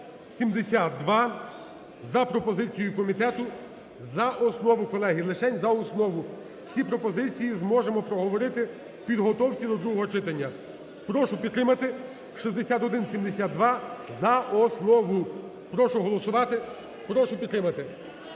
6172) за пропозицію комітету за основу, колеги, лишень за основу. Всі пропозиції зможемо проговорити при підготовці до другого читання. Прошу підтримати 6172 за основу. Прошу голосувати, прошу підтримати.